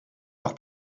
leur